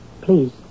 Please